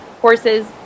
horses